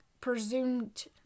presumed